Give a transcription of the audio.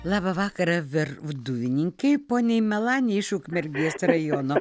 labą vakarą verduvininkei poniai melanijai iš ukmergės rajono